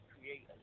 create